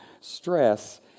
stress